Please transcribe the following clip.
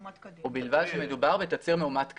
ובלבד שמדובר בתצהיר מאומת כדין.